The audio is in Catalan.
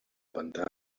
pantà